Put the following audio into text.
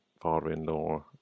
father-in-law